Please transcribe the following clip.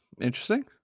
interesting